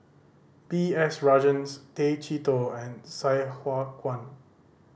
B S Rajhans Tay Chee Toh and Sai Hua Kuan